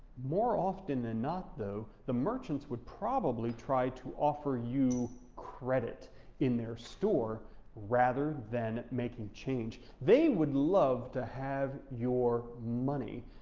more often than not though, the merchants would probably try to offer you credit in their store rather than making change. they would love to have your money,